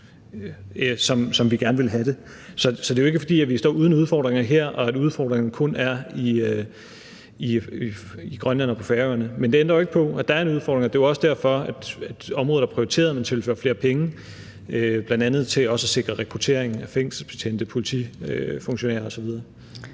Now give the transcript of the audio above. som vi gerne ville have det. Så det er jo ikke, fordi vi står uden udfordringer her og udfordringerne kun er i Grønland og på Færøerne. Men det ændrer jo ikke på, at der er en udfordring, og det er også derfor, at området er prioriteret: Man tilfører flere penge, bl.a. til at sikre rekrutteringen af fængselsbetjente og politifunktionærer osv.